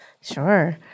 Sure